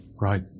right